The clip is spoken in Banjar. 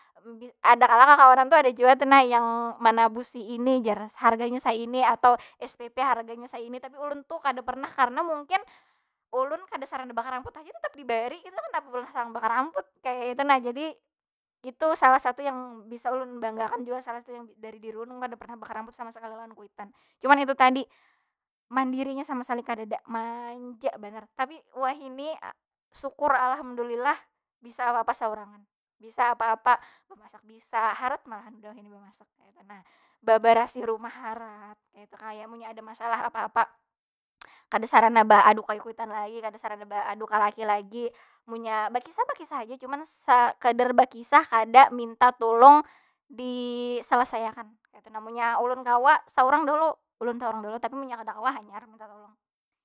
Ada kalo kakawanan tu ada jua tunah yang manabusi ini jar. Harganya saini atau spp harganya saini. Tapi ulun tu kada pernah. Karena mungkin ulun kada sarana bakaramput ajin tetap dibari kaytu nah. Kenapa pulang sarana bakaramput? Kaya itu nah. Jadi, itu salah satu yang bisa ulun banggakan jua, salah satu yang dari diri ulun yang kada pernah bakaramput sama sakali lawan kuitan. Cuman itu tadi, mandirinya sama sekali kadeda, manja banar. Tapi wahini syukur alhamdulillah, bisa apa apa saurangan. Bisa apa apa, bemasak bisa, harat malahan gawian wahini bamasak, kaytu nah. Babarasih rumah harat kaytu. Kaya munnya ada masalah apa apa kada sarana baadu ka kuitan lagi. Kada sarana baadu ka laki lagi. Munnya bakisah bakisah haja cuman sakadar bakisah kada minta tulung diselesai akan kaytu nah. Munnya ulun kawa saurang dahulu ulun saurang dahulu. Tapi munnya kada kawa hanyar minta tolong.